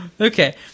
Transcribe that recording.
Okay